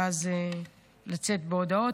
ואז לצאת בהודעות.